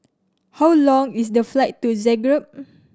how long is the flight to Zagreb